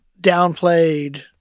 downplayed